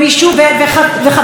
יושבת-ראש הוועדה,